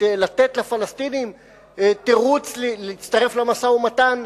לתת לפלסטינים תירוץ להצטרף למשא-ומתן,